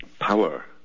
power